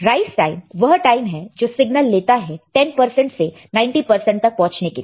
rise time वह time है जो सिग्नल लेता है 10 परसेंट से 90 परसेंट तक पहुंचने के लिए